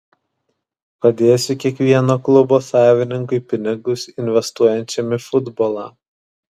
padėsiu kiekvieno klubo savininkui pinigus investuojančiam į futbolą